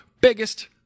Biggest